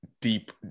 deep